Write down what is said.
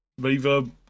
Reverb